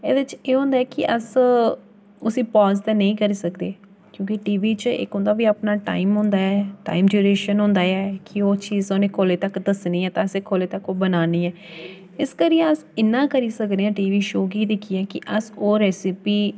एह्दे च केह् होंदा ऐ कि अस उसी पाज ते नेईं करी सकदे क्योंकि टीवी च इक उं'दा बी अपना टाइम होंदा ऐ टाइम ड्यूरेशन होंदा ऐ कि ओह् चीज उनें कोल्ले तक दस्सनी ऐ ते अस कोल्ले तक ओह् बनानी एह् इस करियै अस इन्ना करी सकनेआं आं टीवी शो गी दिक्खियै कि अस ओह् रैस्पी